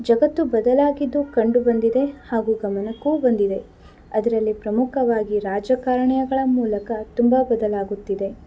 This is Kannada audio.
ಜಗತ್ತು ಬದಲಾಗಿದ್ದು ಕಂಡುಬಂದಿದೆ ಹಾಗು ಗಮನಕ್ಕೂ ಬಂದಿದೆ ಅದರಲ್ಲಿ ಪ್ರಮುಖವಾಗಿ ರಾಜಕಾರಣಿಗಳ ಮೂಲಕ ತುಂಬ ಬದಲಾಗುತ್ತಿದೆ